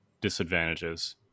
disadvantages